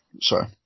sorry